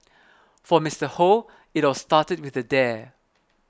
for Mister Hoe it all started with a dare